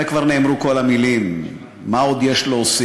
הרי כבר נאמרו כל המילים, מה עוד יש להוסיף?